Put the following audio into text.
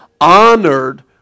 honored